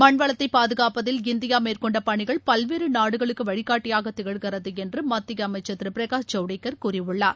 மண்வளத்தை பாதுகாப்பதில் இந்தியா மேற்கொண்ட பணிகள் பல்வேறு நாடுகளுக்கு வழிகாட்டியாக திகழ்கிறது என்று மத்திய அமைச்சர் திரு பிரகாஷ் ஜவ்டேக்கர் கூறியுள்ளார்